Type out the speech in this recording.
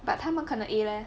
but 他们可能 leh